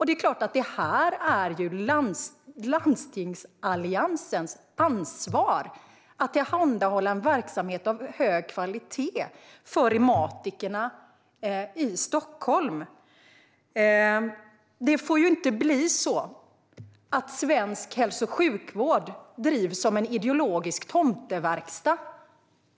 Det är klart att det är landstingsalliansens ansvar att tillhandahålla verksamhet av hög kvalitet för reumatikerna i Stockholm. Det får inte bli så att svensk hälso och sjukvård drivs av en ideologisk tomteverkstad.